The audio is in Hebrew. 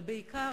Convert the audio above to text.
אבל בעיקר,